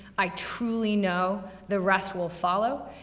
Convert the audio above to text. i truly know, the rest will follow.